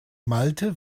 malte